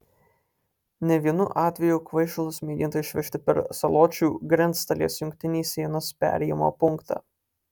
ne vienu atveju kvaišalus mėginta išvežti per saločių grenctalės jungtinį sienos perėjimo punktą